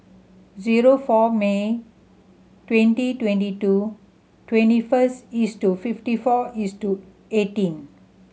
zero four May twenty twenty two twenty first to fifty four to eighteen